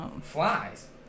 Flies